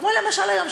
כמו למשל היום.